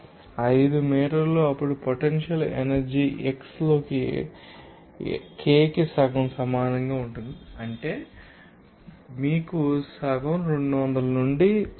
5 metre అప్పుడు potential energy x కి x లోకి k కి సగం సమానంగా ఉంటుంది అంటే మీకు సగం 200 నుండి 0